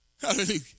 Hallelujah